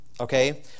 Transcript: okay